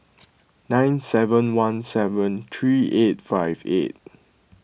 nine seven one seven three eight five eight